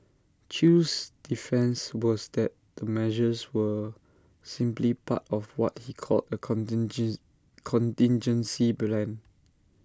chew's defence was that the measures were simply part of what he called A contingence contingency plan